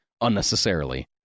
unnecessarily